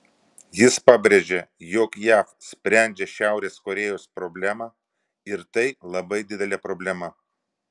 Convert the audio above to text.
jis pabrėžė jog jav sprendžia šiaurės korėjos problemą ir tai labai didelė problema